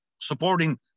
supporting